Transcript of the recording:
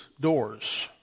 doors